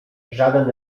żaden